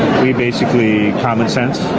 we basically commonsense.